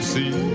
see